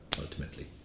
ultimately